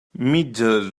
mitja